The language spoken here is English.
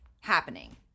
happening